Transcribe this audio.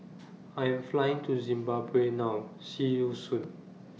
I'm Flying to Zimbabwe now See YOU Soon